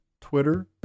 Twitter